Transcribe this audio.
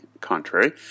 contrary